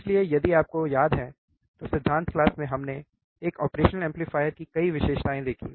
इसलिए यदि आपको याद है तो सिद्धांत क्लास में हमने एक ऑपरेशनल एम्पलीफायर की कई विशेषताएँ देखी